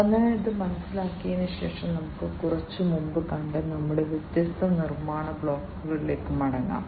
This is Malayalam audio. അതിനാൽ ഇത് മനസ്സിലാക്കിയ ശേഷം നമുക്ക് കുറച്ച് മുമ്പ് കണ്ട നമ്മുടെ വ്യത്യസ്ത നിർമ്മാണ ബ്ലോക്കുകളിലേക്ക് മടങ്ങാം